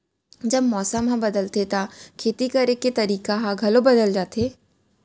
जब मौसम ह बदलथे त खेती करे के तरीका ह घलो बदल जथे?